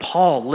Paul